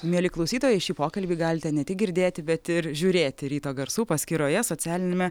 mieli klausytojai šį pokalbį galite ne tik girdėti bet ir žiūrėti ryto garsų paskyroje socialiniame